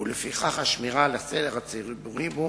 ולפיכך השמירה על הסדר הציבור בו